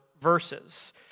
verses